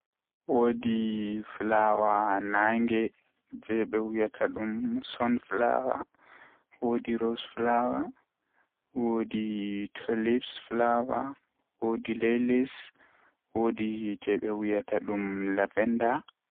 Woodi Flower nange, jei be wiyata dum sun flower, woddi rose flower, woodi tolib flower, woodi lelis, woodi jei be wiyata dum lavenda.